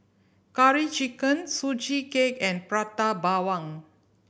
Curry Chicken Sugee Cake and Prata Bawang